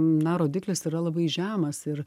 na rodiklis yra labai žemas ir